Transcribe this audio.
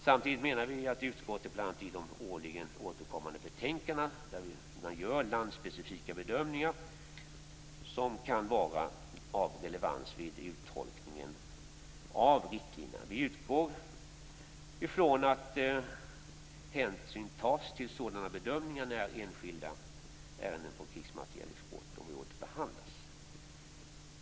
Samtidigt menar vi att utskottet, bl.a. i de årligen återkommande betänkandena, gör landspecifika bedömningar som kan vara av relevans vid uttolkningen av riktlinjerna. Vi utgår från att hänsyn tas till sådana bedömningar när enskilda ärenden på krigsmaterielexportområdet behandlas.